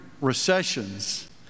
recessions